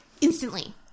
instantly